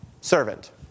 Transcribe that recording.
Servant